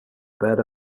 bird